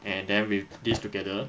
and then with this together